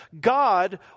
God